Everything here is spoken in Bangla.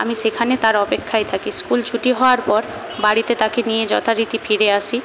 আমি সেখানে তার অপেক্ষায় থাকি স্কুল ছুটি হওয়ার পর বাড়িতে তাকে নিয়ে যথারীতি ফিরে আসি